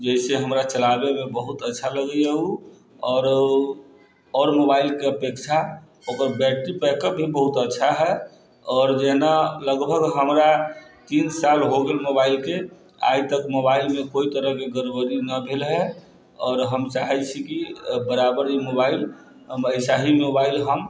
जैसेसँ हमरा चलाबैमे बहुत अच्छा लगैए उ आओर आओर मोबाइलके अपेक्षा ओकर बैटरी बैकअप भी बहुत अच्छा है आओर जेना लगभग हमरा तीन साल हो गेल मोबाइलके आइतक मोबाइलमे कोइ तरहके गड़बड़ी नहि भेल है आओर हम चाहै छी की बराबर ई मोबाइल हम ऐसे ही मोबाइल हम